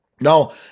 No